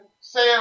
Sam